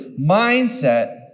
mindset